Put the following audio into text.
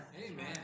Amen